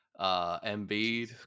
Embiid